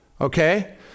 Okay